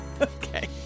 Okay